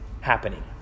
happening